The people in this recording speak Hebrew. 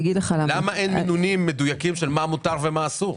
למה אין מינונים מדויקים של מה מותר ומה אסור?